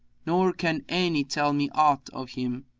nor can any tell me aught of him.